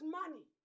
money